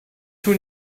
two